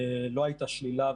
לא הייתה שלילה,